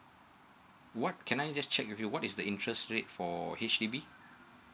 what can I just check with you what is the interest rate for H_D_B